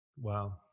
Wow